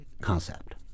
concept